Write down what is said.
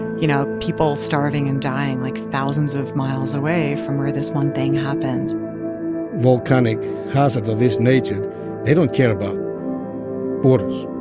you know, people starving and dying, like, thousands of miles away from where this one thing happened volcanic hazards of this nature they don't care about borders.